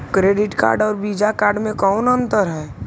Credit card और Visa card मे कौन अन्तर है?